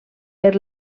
per